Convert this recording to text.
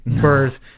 birth